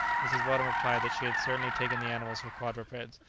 mrs. weldon replied that she had certainly taken the animals for quadrupeds,